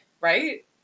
Right